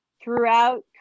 throughout